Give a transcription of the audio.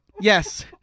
yes